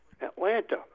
Atlanta